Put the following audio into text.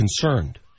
concerned